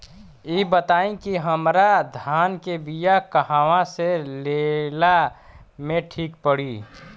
इ बताईं की हमरा धान के बिया कहवा से लेला मे ठीक पड़ी?